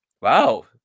Wow